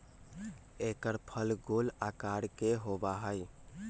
एकर फल गोल आकार के होबा हई